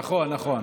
נכון, נכון.